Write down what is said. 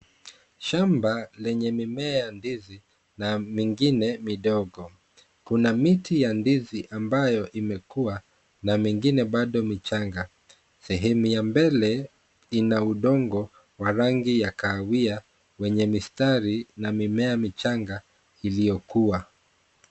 Shamba lenye mimea ya ndizi na mingine midogo. Kuna miti ya ndizi ambayo imekuwa na mingine bado michanga. Sehemu ya mbele ina udongo wa rangi ya kahawia wenye mistari na mimea michanga iliyokua.